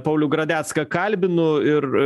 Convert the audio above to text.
paulių gradecką kalbinu ir